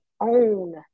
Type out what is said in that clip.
own